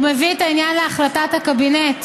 הוא מביא את העניין להחלטת הקבינט.